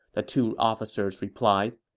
the two officers replied.